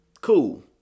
Cool